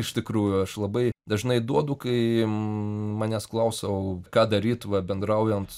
iš tikrųjų aš labai dažnai duodu kai manęs klausia o ką daryt va bendraujant